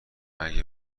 اگه